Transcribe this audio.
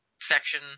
section